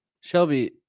Shelby